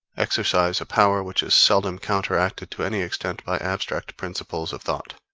exercise a power which is seldom counteracted to any extent by abstract principles of thought,